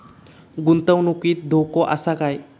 गुंतवणुकीत धोको आसा काय?